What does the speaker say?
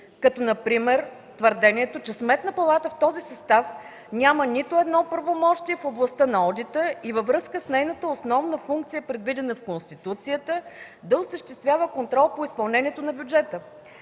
като например твърдението, че Сметната палата в този състав няма нито едно правомощие в областта на одита и във връзка с нейната основна функция, предвидена в Конституцията – да осъществява контрол по изпълнението на бюджета.